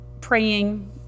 praying